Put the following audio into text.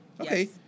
Okay